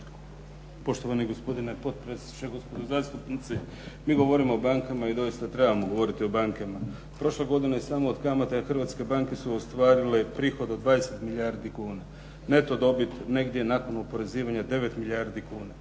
Poštovani gospodine potpredsjedniče, gospodo zastupnici. Mi govorimo o bankama i doista trebamo govoriti o bankama. Prošle godine samo od kamata hrvatske banke su ostvarile prihod od 20 milijardi kuna. neto dobit negdje nakon oporezivanja 9 milijardi kuna.